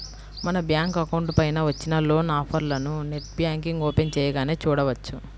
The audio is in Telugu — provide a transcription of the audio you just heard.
మన బ్యాంకు అకౌంట్ పైన వచ్చిన లోన్ ఆఫర్లను నెట్ బ్యాంకింగ్ ఓపెన్ చేయగానే చూడవచ్చు